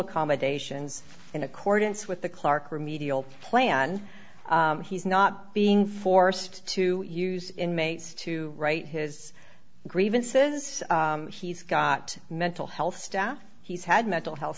accommodations in accordance with the clarke remedial plan he's not being forced to use inmates to write his grievances he's got mental health he's had mental health